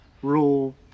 Rule